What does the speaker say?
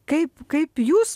kaip kaip jūs